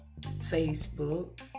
Facebook